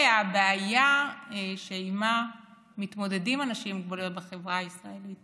הבעיה שעימה מתמודדים אנשים עם מוגבלויות בחברה הישראלית